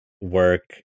work